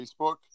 Facebook